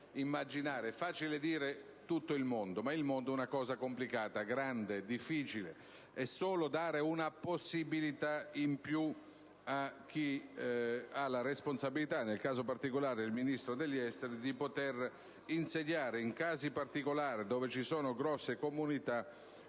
riferimento a tutto il mondo, ma il mondo è una realtà complicata, grande e difficile. Si tratta solo di dare una possibilità in più a chi ha la responsabilità, nel caso particolare il Ministro degli affari esteri, di potere insediare in casi particolari, dove vi sono grandi comunità, più